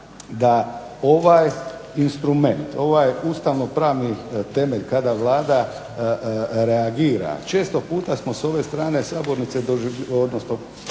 da ovaj instrument, ovaj ustavno-pravni temelj kada Vlada reagira često puta smo sa ove strane sabornice odnosno